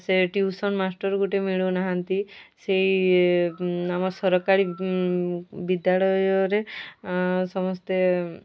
ଆ ସେ tuition master ଗୋଟେ ମିଳୁନାହାନ୍ତି ସେହି ଆମ ସରକାରୀ ବିଦ୍ୟାଳୟରେ ସମସ୍ତେ